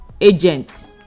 agents